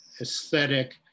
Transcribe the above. aesthetic